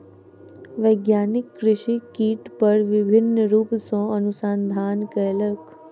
वैज्ञानिक कृषि कीट पर विभिन्न रूप सॅ अनुसंधान कयलक